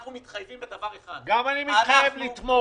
אנחנו מתחייבים לדבר אחד -- גם אני מתחייב לתמוך.